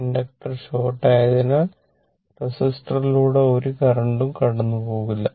inductor short ആയതിനാൽ റെസിസ്റ്ററീലൂടെ ഒരു കരണ്ടും കടന്നു പോകില്ല